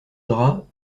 drap